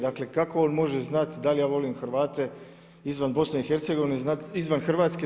Dakle kako on može znati da li ja volim Hrvate izvan BiH, izvan Hrvatske.